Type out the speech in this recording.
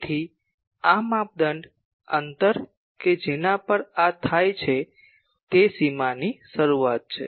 તેથી આ માપદંડ મુજબ અંતર કે જેના પર આ થાય છે તે સીમાની શરૂઆત છે